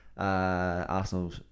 Arsenal